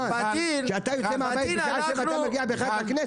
--- כשאתה יוצא מהבית --- אנחנו לא נפתח דיון